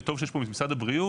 וטוב שיש פה את משרד הבריאות,